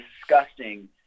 disgusting